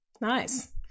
Nice